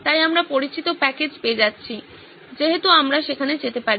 তাই আমরা পরিচিত প্যাকেজ পেয়ে যাচ্ছি যেহেতু আমরা সেখানে যেতে পারি